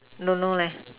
don't know leh